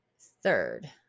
third